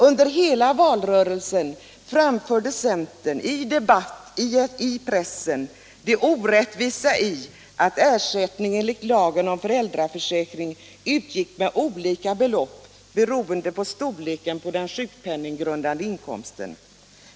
Under hela valrörelsen framhöll centern i debatt i pressen det orättvisa i att ersättning enligt lagen om föräldraförsäkring utgick med olika belopp beroende på storleken på den sjukpenninggrundande inkomsten.